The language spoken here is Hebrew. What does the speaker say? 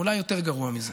ואולי יותר גרוע מזה.